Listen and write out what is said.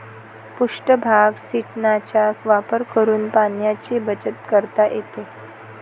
पृष्ठभाग सिंचनाचा वापर करून पाण्याची बचत करता येते